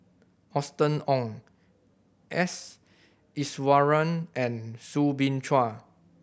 Austen Ong S Iswaran and Soo Bin Chua